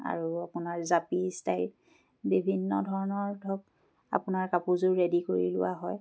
আৰু আপোনাৰ জাপি ষ্টাইল বিভিন্ন ধৰণৰ ধৰক আপোনাৰ কাপোৰযোৰ ৰেডি কৰি লোৱা হয়